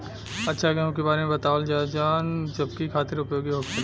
अच्छा गेहूँ के बारे में बतावल जाजवन हमनी ख़ातिर उपयोगी होखे?